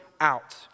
out